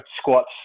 squats